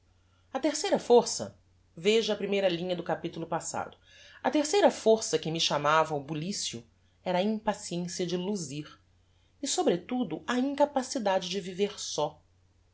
a terceira força veja a primeira linha do capitulo passado a terceira força que me chamava ao bulicio era a impaciencia de luzir e sobretudo a incapacidade de viver só